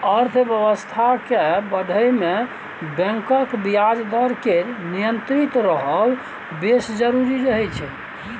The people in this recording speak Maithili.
अर्थबेबस्था केँ बढ़य मे बैंकक ब्याज दर केर नियंत्रित रहब बेस जरुरी रहय छै